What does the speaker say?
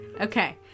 Okay